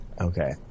Okay